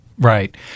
Right